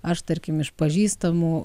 aš tarkim iš pažįstamų